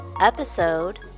Episode